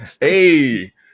hey